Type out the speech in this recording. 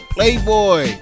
Playboy